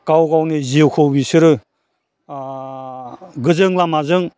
गाव गावनि जिउखौ बिसोरो गोजों लामाजों